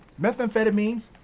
methamphetamines